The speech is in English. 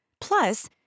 Plus